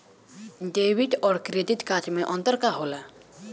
Debit और credit card मे अंतर का होला?